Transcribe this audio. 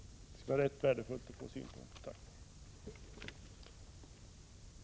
Det skulle det vara värdefullt att få synpunkter på.